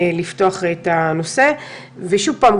לפתוח את הנושא ושוב פעם,